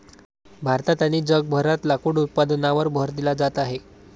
भारतात आणि जगभरात लाकूड उत्पादनावर भर दिला जात आहे